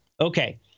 Okay